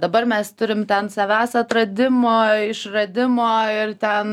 dabar mes turim ten savęs atradimo išradimo ir ten